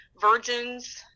virgins